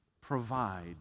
provide